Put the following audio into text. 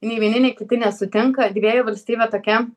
nei vieni nei kiti nesutinka dviejų valstybė tokia